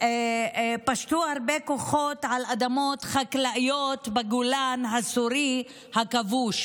פשטו הרבה כוחות על אדמות חקלאיות בגולן הסורי הכבוש,